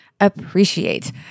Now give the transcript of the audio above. appreciate